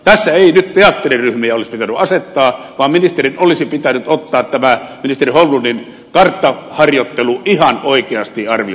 tässä ei nyt teatteriryhmiä olisi pitänyt asettaa vaan ministerin olisi pitänyt ottaa tämä ministeri holmlundin karttaharjoittelu ihan oikeasti arvioitavaksi